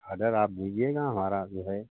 order आप बूझीएगा हमारा जो है